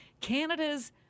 Canada's